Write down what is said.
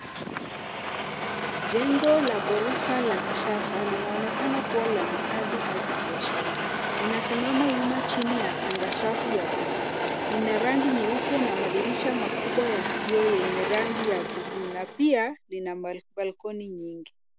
Jengo la ghorofa la kisasa linaonekana kuwa la makazi au kibiashara. Linasimama chini ya anga safi ya bluu. Lina rangi nyeupe na madirisha makubwa yenye rangi ya bluu na pia lina balcony nyingi.